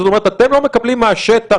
זאת אומרת שאתם לא מקבלים מהשטח,